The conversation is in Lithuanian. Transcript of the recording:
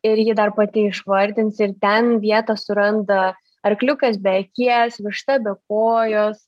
ir ji dar pati išvardins ir ten vietą suranda arkliukas be akies višta be kojos